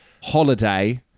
Holiday